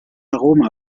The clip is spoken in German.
aroma